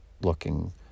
looking